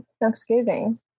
Thanksgiving